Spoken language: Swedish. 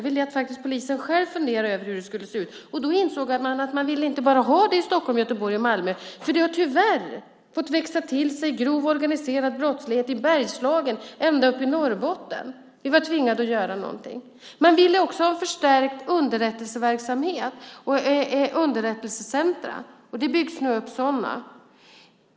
Vi lät polisen själv fundera över hur det skulle se ut, och då insåg man att man inte ville ha det bara i Stockholm, Göteborg och Malmö. Det har tyvärr fått växa till sig grov organiserad brottslighet i Bergslagen och ändå upp i Norrbotten. Vi var tvingade att göra någonting. Man ville också ha förstärkt underrättelseverksamhet och underrättelsecentrum. Det byggs nu upp sådana.